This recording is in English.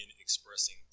expressing